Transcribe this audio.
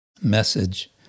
message